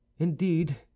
Indeed